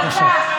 בבקשה.